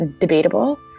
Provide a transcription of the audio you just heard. debatable